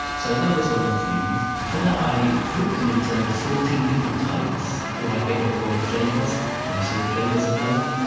so love is one of the themes. for that i grouped them into fourteen different types or i gave it the word like so flavours of love,